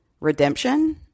redemption